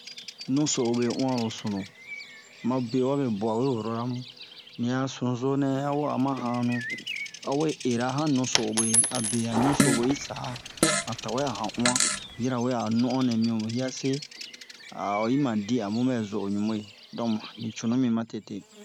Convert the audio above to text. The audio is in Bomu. Nuso'obe uwanro sunu ma be wabe bwa we worora mu ni a sunuzo nɛ a wa'a ma hanu a we era han nuso'obe abe han nuso'obe yi sa han tawɛ a han uwan yirawe a no'on nɛ mi mu yiase a oyi ma di a mu bɛ zo o ɲubwe don mu ni cunu mi ma tete